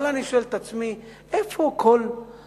אבל אני שואל את עצמי, איפה כל היצירתיות,